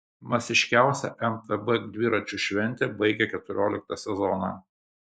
masiškiausia mtb dviračių šventė baigia keturioliktą sezoną